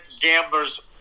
gamblers